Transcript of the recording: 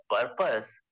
purpose